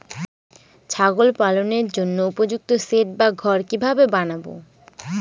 ছাগল পালনের জন্য উপযুক্ত সেড বা ঘর কিভাবে বানাবো?